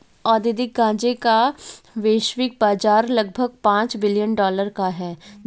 औद्योगिक गांजे का वैश्विक बाजार लगभग पांच बिलियन डॉलर का है